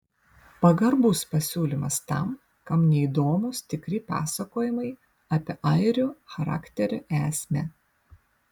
pagarbus pasiūlymas tam kam neįdomūs tikri pasakojimai apie airių charakterio esmę